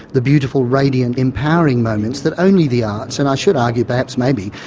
the beautiful, radiant, empowering moments that only the arts and i should argue perhaps, maybe,